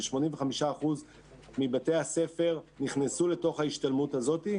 85% מבתי הספר נכנסו לתוך ההשתלמות הזאת.